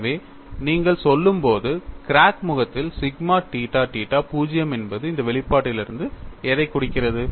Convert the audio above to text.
எனவே நீங்கள் சொல்லும்போது கிராக் முகத்தில் சிக்மா தீட்டா தீட்டா 0 என்பது இந்த வெளிப்பாட்டிலிருந்து எதைக் குறிக்கிறது